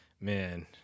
Man